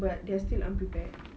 but they are still unprepared